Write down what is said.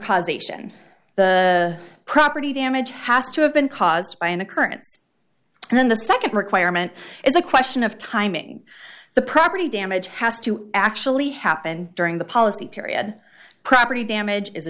causation the property damage has to have been caused by an occurrence and then the second requirement is a question of timing the property damage has to actually happen during the policy period property damage is